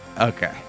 Okay